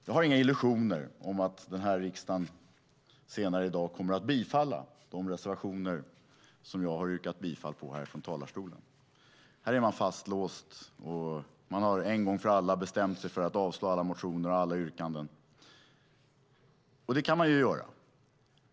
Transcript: Jag har inga illusioner om att den här riksdagen senare i dag kommer att bifalla de reservationer som jag har yrkat bifall till från talarstolen. Här är man fastlåst. Man har en gång för alla bestämt sig för att avslå alla motioner och alla yrkanden. Det kan man ju göra.